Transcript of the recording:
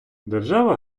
держава